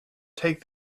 take